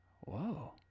whoa